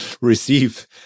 receive